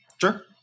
Sure